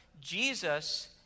Jesus